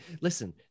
listen